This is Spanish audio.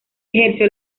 ejerció